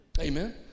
Amen